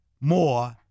more